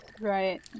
right